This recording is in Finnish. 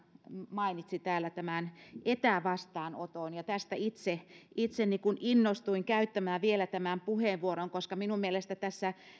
mainitsi täällä tämän etävastaanoton ja tästä itse itse innostuin käyttämään vielä tämän puheenvuoron koska minun mielestäni tässä